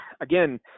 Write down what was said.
again